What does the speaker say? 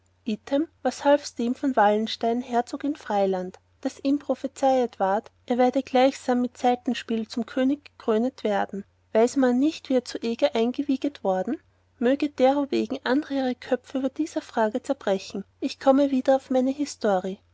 was halfs dem von wallenstein herzog in friedland daß ihm prophezeiht ward er werde gleichsam mit saitenspiel zum könig gekrönet werden weiß man nicht wie er zu eger eingewieget worden mögen derowegen andere ihre köpfe über dieser frage zerbrechen ich komme wieder auf meine histori